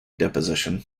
deposition